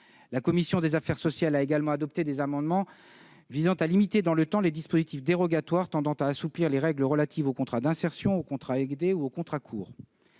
La commission des affaires sociales a également adopté des amendements visant à limiter dans le temps les dispositifs dérogatoires tendant à assouplir les règles relatives au contrat d'insertion, aux contrats aidés ou aux contrats courts.